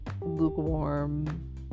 lukewarm